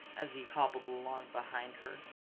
as he hobbled along behind her.